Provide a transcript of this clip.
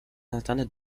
internet